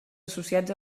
associats